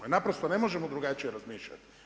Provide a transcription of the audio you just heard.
I naprosto ne možemo drugačije razmišljati.